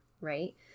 right